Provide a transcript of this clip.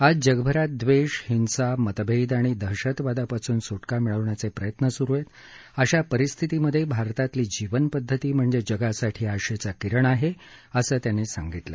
आज जगभरात दवेष हिंसा मतभेद आणि दहशतवादापासून सुटका मिळवण्याचे प्रयत्न स्रु आहेत अशा परिस्थितीमधे भारतातली जीवनपद्धती म्हणजे जगासाठी आशेचा किरण आहे असं ते म्हणाले